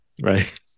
Right